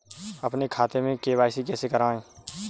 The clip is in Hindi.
अपने खाते में के.वाई.सी कैसे कराएँ?